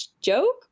joke